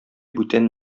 бүтән